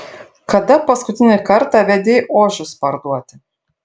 kada paskutinį kartą vedei ožius parduoti